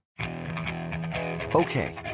Okay